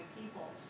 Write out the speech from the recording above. people